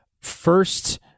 first